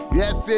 yes